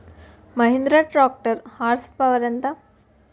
Mahindra tractor horse power ఎంత?